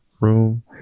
room